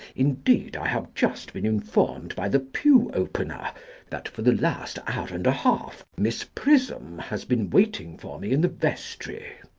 indeed, i have just been informed by the pew-opener that for the last hour and a half miss prism has been waiting for me in the vestry.